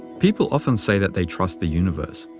people often say that they trust the universe,